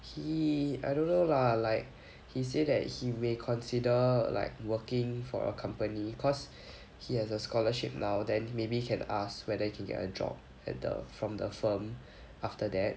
he I don't know lah like he say that he may consider like working for a company cause he has a scholarship now then maybe he can ask whether he can get a job at the from the firm after that